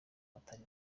batari